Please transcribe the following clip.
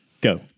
Go